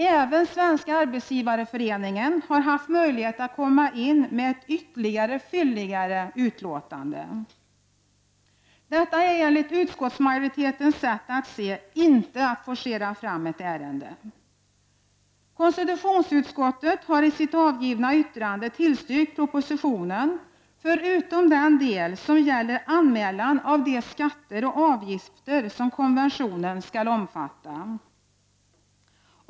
Även Svenska arbetsgivareföreningen har haft möjlighet att komma in med ett fylligare yttrande. Detta är enligt utskottsmajoritetens sätt att se inte att forcera fram ett ärende. Konstitutionsutskottet har i sitt avgivna yttrande tillstyrkt propositionen, förutom den del som gäller anmälan av de skatter och avgifter som konventionen skall omfatta.